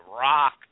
rock